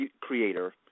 creator